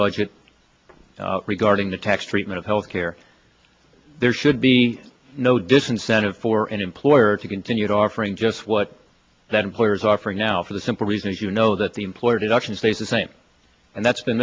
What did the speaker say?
budget regarding the tax treatment of health care there should be no different senate for an employer to continue offering just what that employers offer now for the simple reason as you know that the employer deduction stays the same and that's been